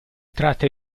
tratta